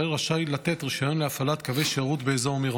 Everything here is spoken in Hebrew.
רשאי לתת רישיון להפעלת קווי שירות באזור מירון.